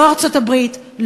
לא ארצות-הברית,